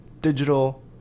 digital